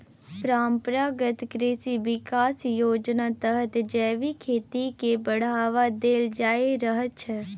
परंपरागत कृषि बिकास योजनाक तहत जैबिक खेती केँ बढ़ावा देल जा रहल छै